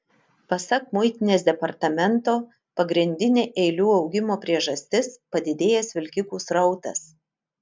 pasak muitinės departamento pagrindinė eilių augimo priežastis padidėjęs vilkikų srautas